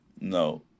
no